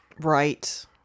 right